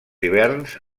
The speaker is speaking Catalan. hiverns